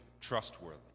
trustworthy